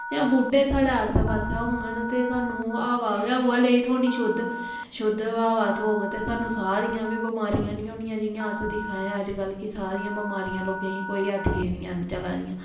इ'यां बूह्टे साढ़ै आस्सै पास्सै होङन ते सानूं हवा गै उ'ऐ जेही थ्होनी शुद्ध शुद्ध हवा थ्होग ते सानूं साह् दियां बी बमारियां निं होनियां जि'यां अस दिक्खने आं अजकल्ल कि साह् दियां बमारियां लोकें गी कोई अतियें दियां न चला दियां